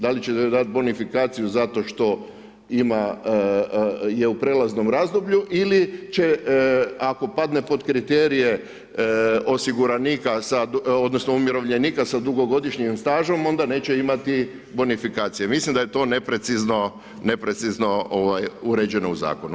Da li ćete dati bonifikaciju zato što je u prelaznom razdoblju ili će ako padne pod kriterije osiguranika odnosno umirovljenika sa dugogodišnjim stažom, onda neće imati bonifikacije, mislim da je to neprecizno uređeno u Zakonu.